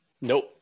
Nope